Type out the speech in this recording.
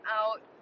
out